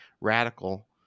radical